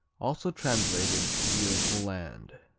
also translated beautiful land.